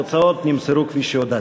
התוצאות נמסרו כפי שהודעתי.